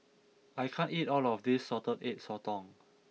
I can't eat all of this Salted Egg Sotong